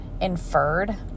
inferred